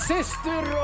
Sister